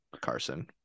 carson